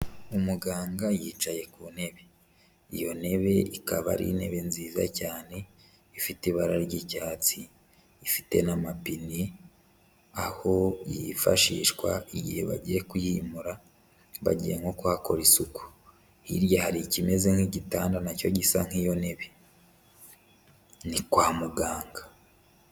Umuganga yicaye ku ntebe. Iyo ntebe ikaba ari intebe nziza cyane ifite ibara ry'icyatsi, ifite n'amapine, aho yifashishwa igihe bagiye kuyimura bagiye nko kuhakora isuku. Hirya hari ikimeze nk'igitanda na cyo gisa nk'iyo ntebe. Ni kwa muganga.